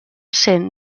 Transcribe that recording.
cent